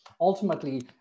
Ultimately